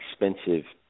expensive